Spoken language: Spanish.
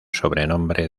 sobrenombre